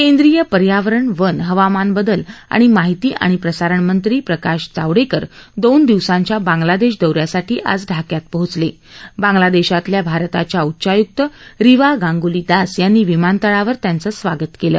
केंद्रीय पर्यावरण वन हवामान बदल तसंच माहिती आणि प्रसारणमंत्री प्रकाश जावडक्कर दोन दिवसांच्या बांगलादश्व दौऱ्यासाठी आज ढाक्यात पोचल बांगलादश्वातल्या भारताच्या उच्चाय्क्त रिवा गांगुली दास यांनी विमानतळावर त्यांचं स्वागत कलं